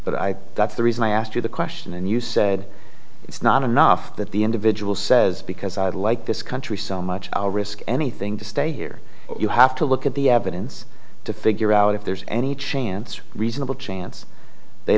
but i that's the reason i asked you the question and you said it's not enough that the individual says because i'd like this country so much i'll risk anything to stay here you have to look at the evidence to figure out if there's any chance reasonable chance they